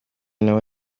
nabo